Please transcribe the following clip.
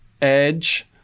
edge